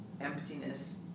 Emptiness